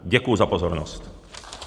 Děkuji za pozornost.